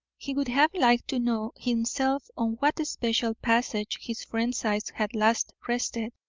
he would have liked to know himself on what especial passage his friend's eyes had last rested.